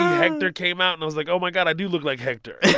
hector came out. and i was like, oh, my god. i do look like hector.